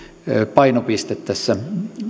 painopiste tässä